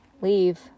leave